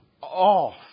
off